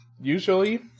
Usually